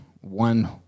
one